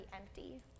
empty